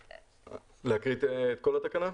להקריא את כל התקנה?